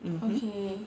mm mm